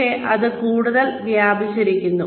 പക്ഷേ അത് കൂടുതൽ വ്യാപിച്ചിരിക്കുന്നു